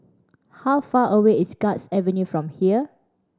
how far away is Guards Avenue from here